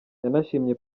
yanashimye